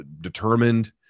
determined